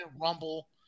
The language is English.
Rumble